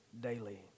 daily